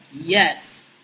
yes